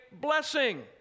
blessing